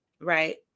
right